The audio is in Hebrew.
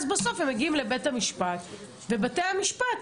בסוף הם מגיעים לבית המשפט ובתי המשפט